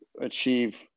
achieve